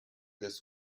this